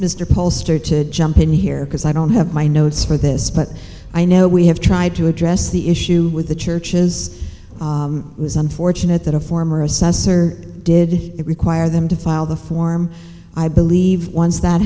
mr pollster to jump in here because i don't have my notes for this but i know we have tried to address the issue with the churches it was unfortunate that a former assessor did it require them to file the form i believe once that